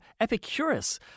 Epicurus